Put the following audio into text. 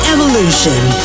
Evolution